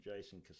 Jason